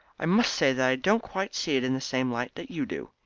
i must say that i don't quite see it in the same light that you do.